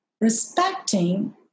respecting